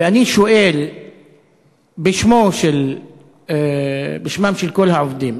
ואני שואל בשמם של כל העובדים: